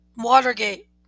Watergate